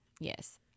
yes